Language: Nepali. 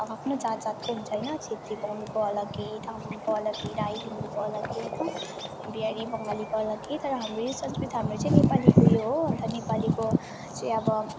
आफ्आफ्नो जात जातको हुन्छ होइन छेत्री बाहुनको अलग्गै तामाङको अलग्गै राई लिम्बूको अलग्गै बिहारी बङ्गालीको अलग्गै तर हाम्रो यो संस्कृति हाम्रो चाहिँ नेपालीको यो हो अन्त नेपालीको चाहिँ अब